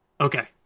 Okay